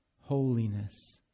holiness